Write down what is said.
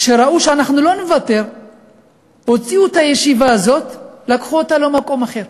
כשראו שאנחנו לא נוותר הוציאו את הישיבה הזאת ולקחו אותה למקום אחר.